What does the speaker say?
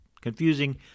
confusing